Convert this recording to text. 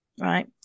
right